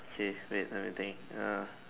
say wait let me think err